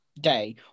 day